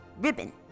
ribbon